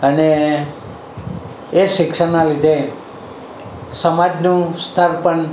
અને એ શિક્ષણના લીધે સમાજનું સ્તર પણ